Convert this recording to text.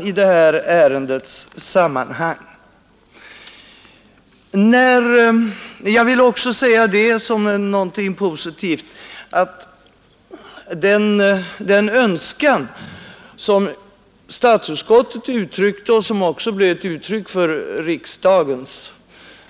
Jag vill även framhålla såsom någonting positivt att den önskan som statsutskottet framförde och som också kom till uttryck i riksdagens